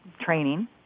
training